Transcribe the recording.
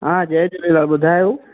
हा जय झूलेलाल ॿुधायो